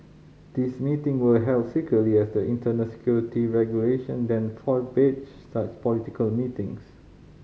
these meeting were held secretly as the internal security regulation then forbade such political meetings